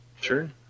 Sure